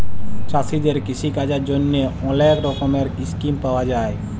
চাষীদের কিষিকাজের জ্যনহে অলেক রকমের ইসকিম পাউয়া যায়